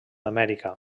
amèrica